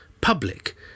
public